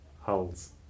Hulls